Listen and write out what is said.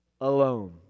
alone